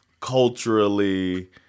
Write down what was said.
culturally